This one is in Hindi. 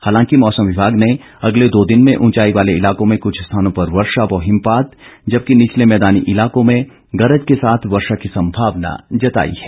हालांकि मौसम विभाग ने अगले दो दिन में ऊंचाई वाले इलाकों में कुछ स्थानों पर वर्षा व हिमपात जबकि निचले मैदानी इलाकों में गरज के साथ वर्षा की संभावना जताई है